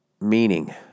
meaning